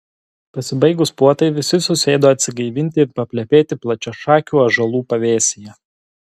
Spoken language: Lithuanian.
pasibaigus puotai visi susėdo atsigaivinti ir paplepėti plačiašakių ąžuolų pavėsyje